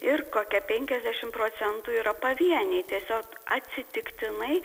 ir kokia penkiasdešim procentų yra pavieniai tiesiog atsitiktinai